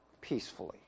peacefully